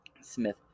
Smith